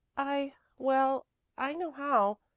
i well i know how,